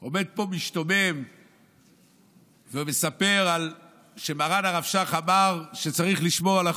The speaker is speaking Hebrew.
אתה עומד פה משתומם ומספר על שמרן הרב שך אמר שצריך לשמור על החוק.